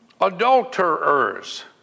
adulterers